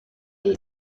iri